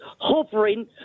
hovering